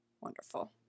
Wonderful